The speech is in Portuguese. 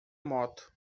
moto